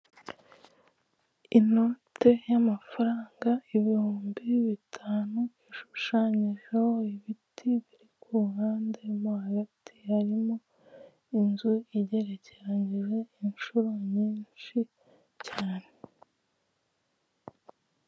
Inote y'amafaranga ibihumbi bitanu ishushanyijeho ibiti biri ku ruhande, mo hagati harimo inzu igeretse inshuro nyinshi cyane.